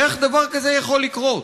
איך דבר כזה יכול לקרות?